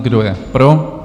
Kdo je pro?